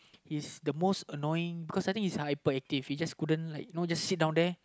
he's the most annoying cause I think he's hyper active he just couldn't like you know sit down there